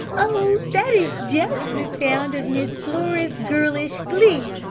oh, that is just the sound of miss flora's girlish glee!